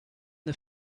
the